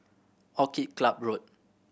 Orchid Club Road